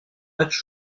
match